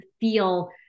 feel